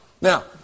Now